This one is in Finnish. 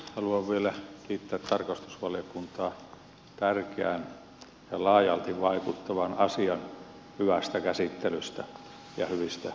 haluan vielä kiittää tarkastusvaliokuntaa tärkeän ja laajalti vaikuttavan asian hyvästä käsittelystä ja hyvistä ehdotuksista